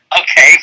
okay